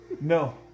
No